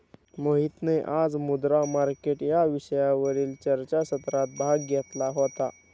मोहितने आज मुद्रा मार्केट या विषयावरील चर्चासत्रात भाग घेतला होता